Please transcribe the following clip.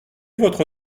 votre